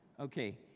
Okay